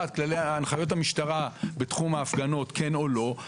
הנחיות המשטרה בתחום ההפגנות כן או לא,